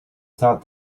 thought